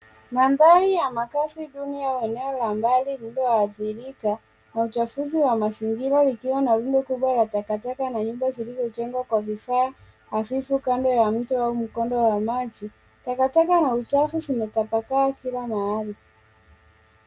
Mandhari ya makazi duni au eneo lililoadhirika na uchafuzi wa mazingira likiwa na rundo kubwa la takataka na nyumba kando ya mto au mkondo wa maji. Takataka na uchafu zimetapakaa kila mahali.